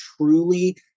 truly